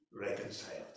reconciled